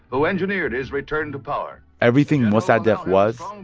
who engineered his return to power everything mossadegh was,